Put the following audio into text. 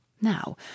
Now